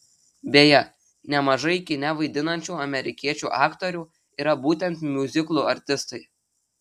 beje nemažai kine vaidinančių amerikiečių aktorių yra būtent miuziklų artistai